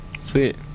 sweet